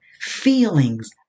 feelings